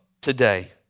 today